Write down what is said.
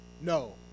no